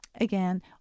again